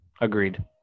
Agreed